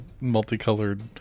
multicolored